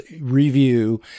review